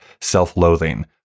self-loathing